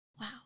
Wow